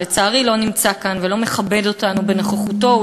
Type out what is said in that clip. שלצערי לא נמצא כאן ולא מכבד אותנו בנוכחותו,